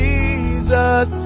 Jesus